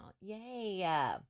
Yay